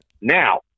now